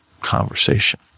conversation